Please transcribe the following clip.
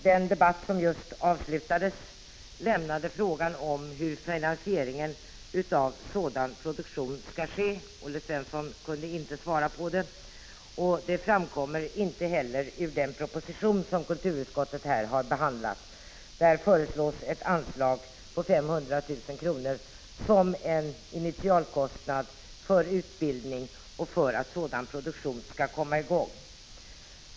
Den debatt som just avslutades lämnade frågan om hur finansieringen av sådan produktion skall ske — Olle Svensson kunde inte svara på den — och det framkommer inte heller i den proposition som kulturutskottet här har behandlat. Där föreslås ett anslag på 500 000 kr., som en initialkostnad för utbildning och för att sådan produktion skall komma i gång.